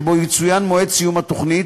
שבו יצוין מועד סיום התוכנית,